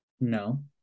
no